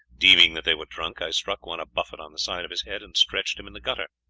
deeming that they were drunk, i struck one a buffet on the side of his head and stretched him in the gutter.